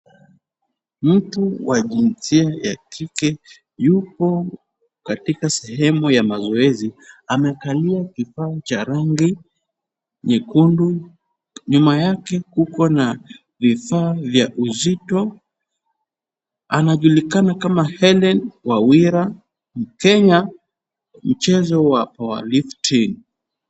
Mtu wa jinsia ya kike yupo katika sehemu ya mazoezi amekalia kifaa cha rangi nyekundu, nyuma yake kuko na vifaa vya uzito, anajulikana kama Helen Wawira mkenya mchezo wa power lifting .